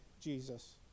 Jesus